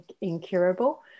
incurable